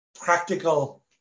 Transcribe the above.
practical